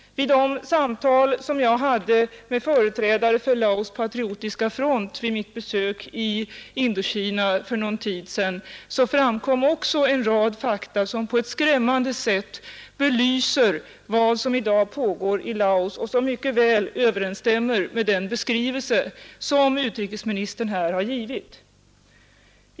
Vid de samtal som jag hade med företrädare för Laos patriotiska front vid mitt besök i Indokina för någon tid sedan framkom också en rad fakta som på ett skrämmande sätt belyser vad som i dag pågår i Laos och som mycket väl överensstämmer med den beskrivning som utrikesministern här givit.